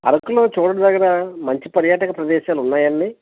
అరకులో చూడదగిన మంచి పర్యాటక ప్రదేశాలు ఉన్నాయండి